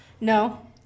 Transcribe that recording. No